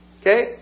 Okay